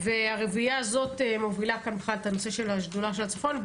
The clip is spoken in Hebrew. והרביעייה הזאת מובילה כאן את השדולה של הצפון.